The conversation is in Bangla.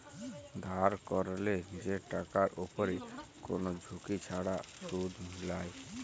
ধার ক্যরলে যে টাকার উপরে কোন ঝুঁকি ছাড়া শুধ লায়